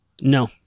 No